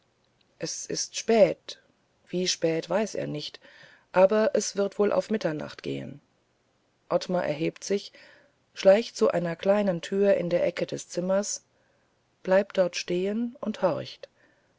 es ist spät wie spät weiß er nicht aber es wird wohl auf mitternacht gehen ottmar erhebt sich schleicht zu einer kleinen tür in der ecke des zimmers bleibt stehen und horcht